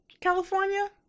California